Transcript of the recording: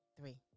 three